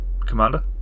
commander